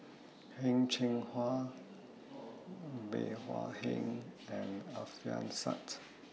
Heng Cheng Hwa Bey Hua Heng and Alfian Sa'at